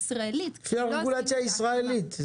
זאת רגולציה ישראלית.